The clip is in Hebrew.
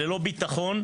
וללא ביטחון,